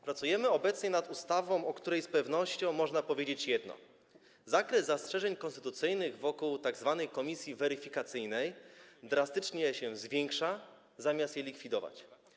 Pracujemy obecnie nad ustawą, o której z pewnością można powiedzieć jedno: zakres zastrzeżeń konstytucyjnych wokół tzw. komisji weryfikacyjnej drastycznie się zwiększa, zamiast ulegać likwidacji.